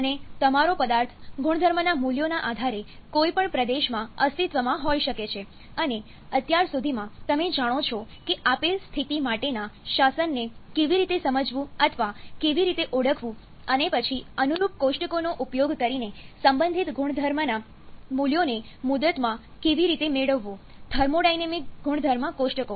અને તમારો પદાર્થ ગુણધર્મના મૂલ્યોના આધારે કોઈપણ પ્રદેશમાં અસ્તિત્વમાં હોઈ શકે છે અને અત્યાર સુધીમાં તમે જાણો છો કે આપેલ સ્થિતિ માટેના શાસનને કેવી રીતે સમજવું અથવા કેવી રીતે ઓળખવું અને પછી અનુરૂપ કોષ્ટકોનો ઉપયોગ કરીને સંબંધિત ગુણધર્મના મૂલ્યોને મુદતમાં માં કેવી રીતે મેળવવું થર્મોડાયનેમિક ગુણધર્મ કોષ્ટકો